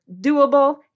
doable